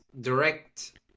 direct